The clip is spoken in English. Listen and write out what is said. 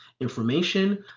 information